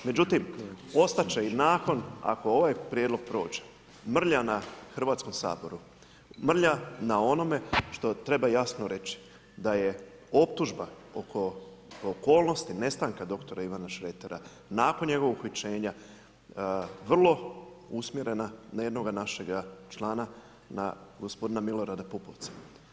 Međutim, ostat će i nakon, ako ovaj prijedlog prođe, mrlja na Hrvatskom saboru, mrlja na onome što treba jasno reći da je optužba oko okolnosti nestanka dr. Ivana Šretera, nakon njegovog uhićenja vrlo usmjerena na jednoga našega člana, na gospodina Milorada Pupovca.